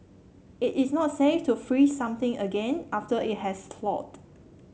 it is not safe to freeze something again after it has thawed